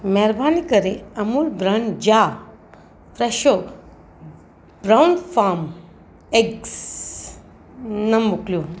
महिरबानी करे अमूल ब्रांड जा फ़्रेशो ब्राउन फार्म एग्स न मोकिलियो